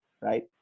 right